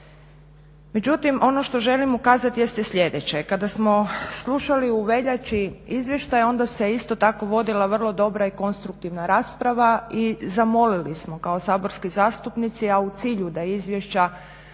Međutim, ono što želim ukazati jeste sljedeće. Kada smo slušali u veljači izvještaj, onda se isto tako vodila vrlo dobra i konstruktivna rasprava. I zamolili smo kao saborski zastupnici, a u cilju da izvješća